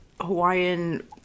Hawaiian